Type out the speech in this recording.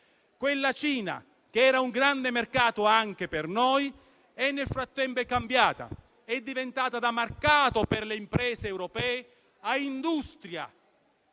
Quella Cina, che era un grande mercato anche per noi, nel frattempo è cambiata e, da mercato per le imprese europee, è diventata